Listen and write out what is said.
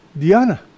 Diana